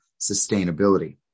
sustainability